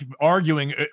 arguing